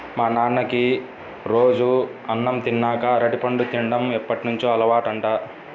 మా నాన్నకి రోజూ అన్నం తిన్నాక అరటిపండు తిన్డం ఎప్పటినుంచో అలవాటంట